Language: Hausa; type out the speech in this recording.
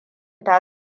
ta